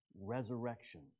Resurrection